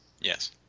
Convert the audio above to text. Yes